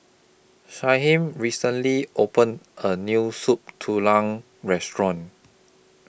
Shyheim recently opened A New Soup Tulang Restaurant